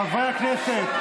חברי הכנסת,